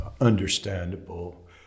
understandable